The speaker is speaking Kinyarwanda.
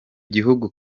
gihugu